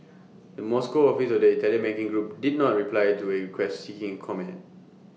the Moscow office of the Italian banking group did not reply to A request seeking comment